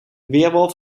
weerwolf